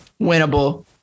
Winnable